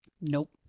Nope